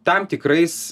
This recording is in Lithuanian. tam tikrais